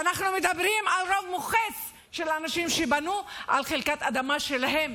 ואנחנו מדברים על רוב מוחץ של אנשים שבנו על חלקת אדמה שלהם,